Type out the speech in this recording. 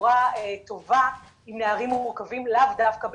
בצורה טובה עם נערים מורכבים, לאו דווקא בנעילה.